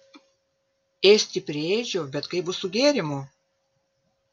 ėsti priėdžiau bet kaip bus su gėrimu